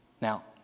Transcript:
Now